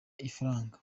ifaranga